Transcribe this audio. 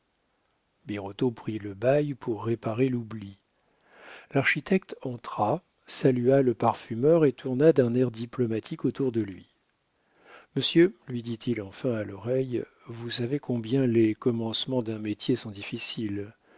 birotteau prit le bail pour réparer l'oubli l'architecte entra salua le parfumeur et tourna d'un air diplomatique autour de lui monsieur lui dit-il enfin à l'oreille vous savez combien les commencements d'un métier sont difficiles